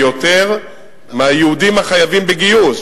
הוא יותר מהיהודים החייבים בגיוס,